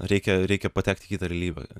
reikia reikia patekt į tkitą realybę